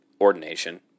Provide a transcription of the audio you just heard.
ordination